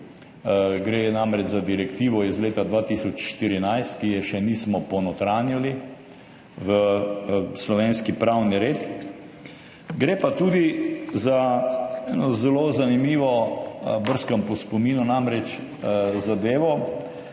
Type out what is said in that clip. Gre namreč za direktivo iz leta 2014, ki je še nismo ponotranjili v slovenski pravni red. Gre pa tudi za eno zelo zanimivo, brskam namreč po spominu, zadevo